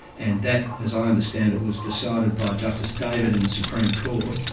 and that, as i understand it, was decided by justice david in the supreme court,